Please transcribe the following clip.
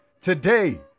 Today